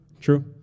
True